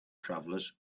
travelers